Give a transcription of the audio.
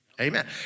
Amen